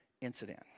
incident